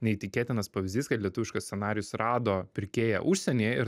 neįtikėtinas pavyzdys kad lietuviškas scenarijus rado pirkėją užsienyje ir